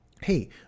hey